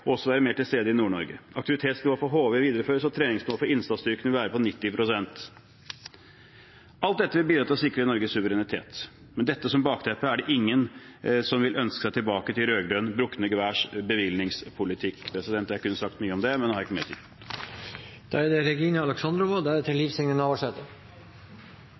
også være mer til stede i Nord-Norge. Aktivitetsnivået ved HV videreføres, og treningsnivået for innsatsstyrkene vil være på 90 pst. Alt dette vil bidra til å sikre Norges suverenitet. Med dette som bakteppe er det ingen som vil ønske seg tilbake til de rød-grønnes brukne geværs bevilgningspolitikk. Jeg kunne sagt mye om det, men har ikke mer tid. Nordområdene er